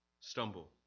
stumble